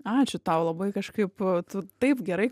ačiū tau labai kažkaip va vat taip gerai